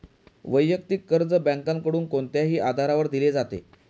वैयक्तिक कर्ज बँकांकडून कोणत्याही आधारावर दिले जाते